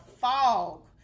fog